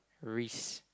risk